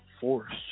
force